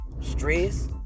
stress